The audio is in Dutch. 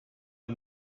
het